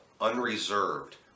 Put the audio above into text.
unreserved